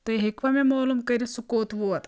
تُہۍ ہیٚکوا مےٚ مولوٗم کٔرِتھ سُہ کوٚت ووت